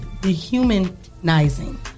dehumanizing